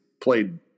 played